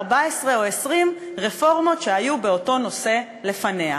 14 או 20 הרפורמות שהיו באותו נושא לפניה.